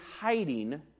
hiding